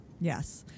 Yes